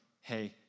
hey